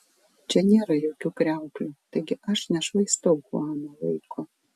čia nėra jokių kriauklių taigi aš nešvaistau chuano laiko